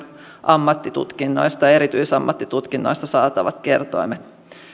ammattitutkinnoista ja erityisammattitutkinnoista saatavat kertoimet